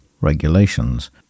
regulations